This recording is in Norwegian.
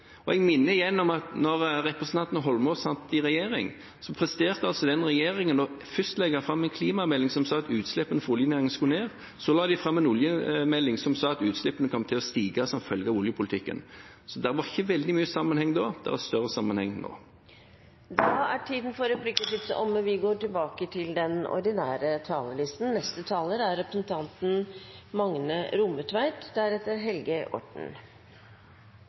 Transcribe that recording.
Jeg minner igjen om at da representanten Eidsvoll Holmås satt i regjering, presterte altså den regjeringen først å legge fram en klimamelding som sa at utslippene fra oljenæringen skulle ned. Så la de fram en oljemelding som sa at utslippene kom til å stige som følge av oljepolitikken. Det var ikke veldig mye sammenheng da – det er større sammenheng nå. Replikkordskiftet er